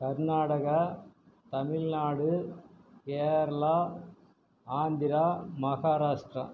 Karnataka Tamil Nadu Kerala Andhra Maharashtra